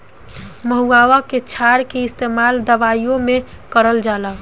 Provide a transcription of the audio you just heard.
महुवा के क्षार के इस्तेमाल दवाईओ मे करल जाला